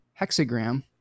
hexagram